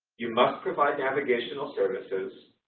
you must provide navigational services,